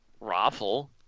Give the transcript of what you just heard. Raffle